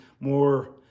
more